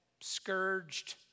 scourged